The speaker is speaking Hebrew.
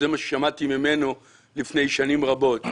אז זה מה ששמעתי ממנו לפני שנים רבות.